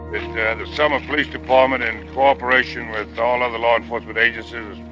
yeah the selma police department, in cooperation with all other law enforcement agencies,